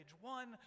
one